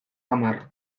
hamar